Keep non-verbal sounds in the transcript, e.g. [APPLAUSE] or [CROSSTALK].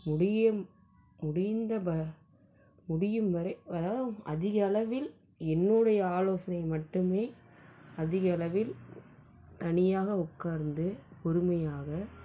முடியும் முடிந்த ப முடியும் வரை [UNINTELLIGIBLE] அதிக அளவில் என்னுடைய ஆலோசனை மட்டுமே அதிக அளவில் தனியாக உட்கார்ந்து பொறுமையாக